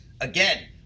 Again